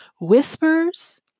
whispers